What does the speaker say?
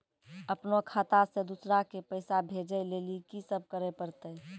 अपनो खाता से दूसरा के पैसा भेजै लेली की सब करे परतै?